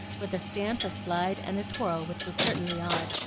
with a stamp, a slide, and a twirl which was certainly odd,